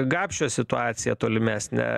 gapšio situaciją tolimesnę